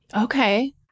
Okay